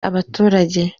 abaturage